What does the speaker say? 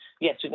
yes